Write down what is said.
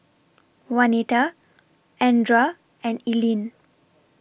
Wanita Andra and Ilene